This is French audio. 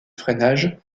freinage